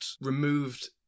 removed